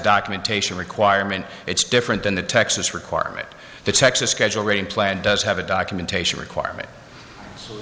documentation requirement it's different than the texas requirement the texas schedule rating plan does have a documentation requirement